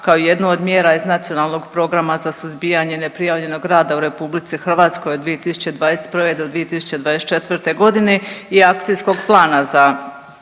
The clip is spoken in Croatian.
kao jednu od mjera iz Nacionalnog programa za suzbijanje neprijavljenog rada u RH od 2021. do 2024. g. i akcijskog plana za